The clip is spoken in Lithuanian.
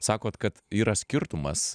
sakot kad yra skirtumas